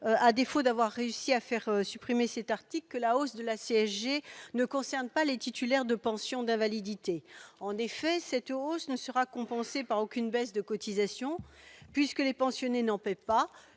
M. Daudigny ne l'a pas exprimé, que la hausse de la CSG ne concerne pas les titulaires de pension d'invalidité. En effet, cette hausse ne sera compensée par aucune baisse de cotisation, puisque les pensionnés n'en paient pas.